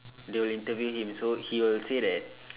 they'll interview him so he will say that